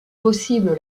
possible